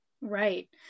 right